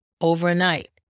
overnight